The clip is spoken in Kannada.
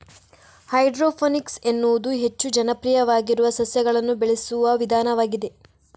ಹೈಡ್ರೋಫೋನಿಕ್ಸ್ ಎನ್ನುವುದು ಹೆಚ್ಚು ಜನಪ್ರಿಯವಾಗಿರುವ ಸಸ್ಯಗಳನ್ನು ಬೆಳೆಸುವ ವಿಧಾನವಾಗಿದೆ